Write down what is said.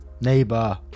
neighbor